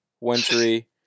wintry